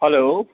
hello